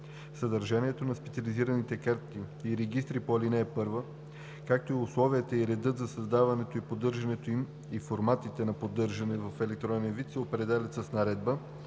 Съдържанието на специализираните карти и регистри по ал. 1, както и условията и редът за създаването и поддържането им и форматите на поддържане в електронен вид се определят с наредба,